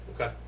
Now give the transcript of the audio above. Okay